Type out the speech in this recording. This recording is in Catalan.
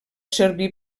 servir